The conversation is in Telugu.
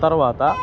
తర్వాత